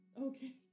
okay